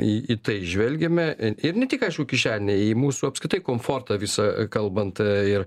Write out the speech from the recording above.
į į tai žvelgiame ir ne tik aišku kišenę į mūsų apskritai komfortą visą kalbant ir